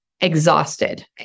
exhausted